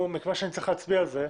אני צריך להצביע על זה.